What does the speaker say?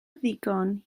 ddigon